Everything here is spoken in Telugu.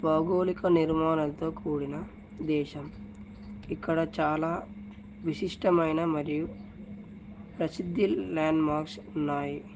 భౌగోళిక నిర్మాణంతో కూడిన దేశం ఇక్కడ చాలా విశిష్టమైన మరియు ప్రసిద్ధి ల్యాండ్మార్క్స్ ఉన్నాయి